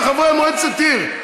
ואת פוגעת בחברי מועצת עיר,